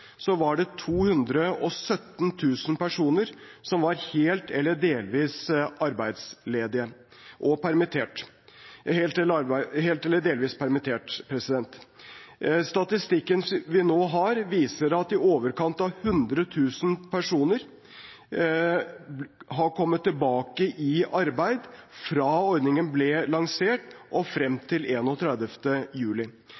var det 217 000 personer som var helt eller delvis arbeidsledige eller permittert. Statistikken vi nå har, viser at i overkant av 100 000 personer har kommet tilbake i arbeid fra ordningen ble lansert, og